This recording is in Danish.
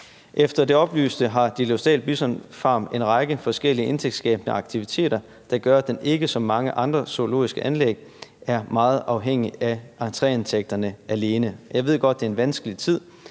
Efter det oplyste har Ditlevsdal Bison Farm en række forskellige indtægtsskabende aktiviteter, der gør, at den ikke som mange andre zoologiske anlæg er meget afhængig af entréindtægter alene. Jeg ved godt, det er en vanskelig tid,